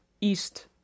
East